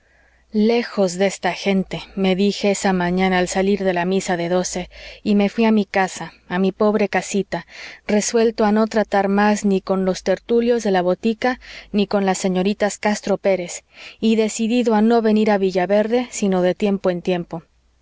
lejos de esta gente me dije esa mañana al salir de la misa de doce y me fui a mi casa a mi pobre casita resuelto a no tratar más ni con los tertulios de la botica ni con las señoritas castro pérez y decidido a no venir a villaverde sino de tiempo en tiempo